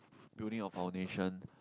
building our foundation